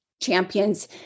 champions